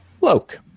Look